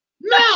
No